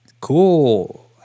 cool